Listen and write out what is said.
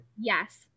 Yes